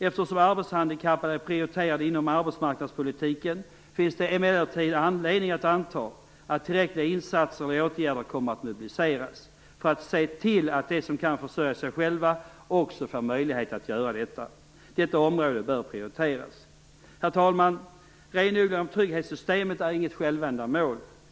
Eftersom arbetshandikappade är prioriterade inom arbetsmarknadspolitiken, finns det emellertid anledning att anta att tillräckliga insatser eller åtgärder kommer att mobiliseras, för att se till att de som kan försörja sig själva också får möjligheter att göra det. Detta område bör prioriteras. Herr talman! Renodlingen av trygghetssystemen är inget självändamål.